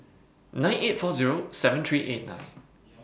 nine eight four Zero seven three eight nine